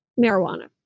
marijuana